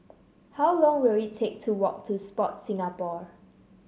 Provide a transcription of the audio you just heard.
how long will it take to walk to Sport Singapore